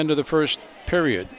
end of the first period